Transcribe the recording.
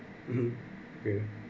(uh huh) (uh huh) okay